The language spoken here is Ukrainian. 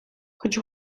хоч